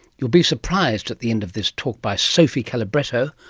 you'll be surprised at the end of this talk by sophie calabretto.